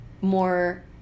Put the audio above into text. more